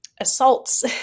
assaults